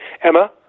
Emma